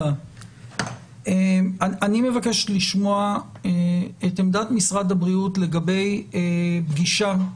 אני מבקש לשמוע את עמדת משרד הבריאות לגבי פגישה,